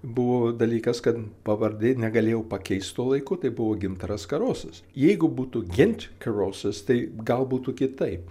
buvo dalykas kad pavardė negalėjau pakeist tuo laiku tai buvau gintaras karosas jeigu būtų gint karosas tai gal būtų kitaip